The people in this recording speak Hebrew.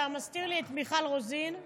אתה מסתיר לי את מיכל רוזין,